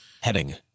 Heading